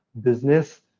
business